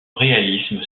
réalisme